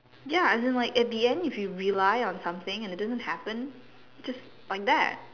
ya as in like in the end if you rely on something and it doesn't happen just like that